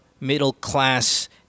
middle-class